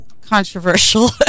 controversial